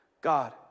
God